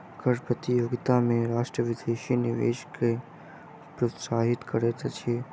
कर प्रतियोगिता में राष्ट्र विदेशी निवेश के प्रोत्साहित करैत अछि